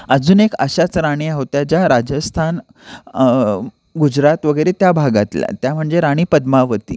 अजून एक अशाच राणी होत्या ज्या राजस्थान गुजरात वगैरे त्या भागातल्या त्या म्हणजे राणी पद्मावती